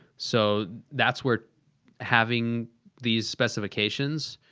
so that's where having these specifications.